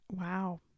wow